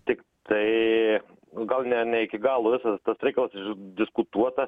tiktai gal ne ne iki galo visas tas reikalas išdiskutuota